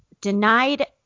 denied